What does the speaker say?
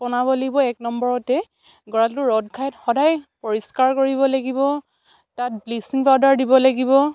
বনাব লাগিব এক নম্বৰতে গঁৰালটো ৰ'দ ঘাইত সদায় পৰিষ্কাৰ কৰিব লাগিব তাত ব্লিচিং পাউডাৰ দিব লাগিব